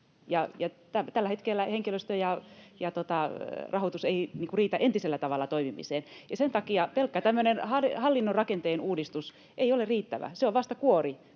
tällä hetkellä henkilöstö ja rahoitus eivät riitä entisellä tavalla toimimiseen. Sen takia pelkkä tämmöinen hallinnon rakenteen uudistus ei ole riittävä. Se on vasta kuori